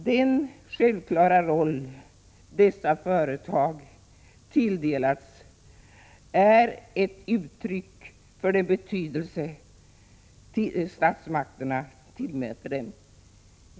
Den självklara roll dessa företag tilldelats är ett uttryck för den betydelse statsmakterna tillmäter dem.